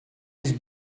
his